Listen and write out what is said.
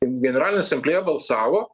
generalinė asamblėja balsavo